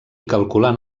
calculant